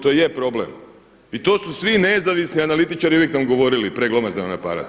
To je problem i to su svi nezavisni analitičari uvijek nam govorili preglomazan vam je aparat.